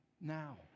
now